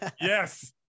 Yes